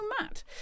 Matt